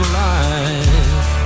life